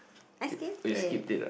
I skate it